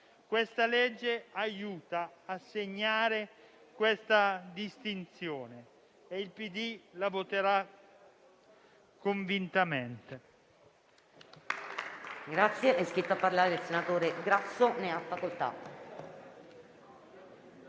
esame aiuta a segnare questa distinzione e il PD lo voterà convintamente